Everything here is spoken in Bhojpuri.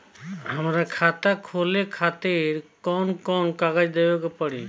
हमार खाता खोले खातिर कौन कौन कागज देवे के पड़ी?